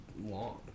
long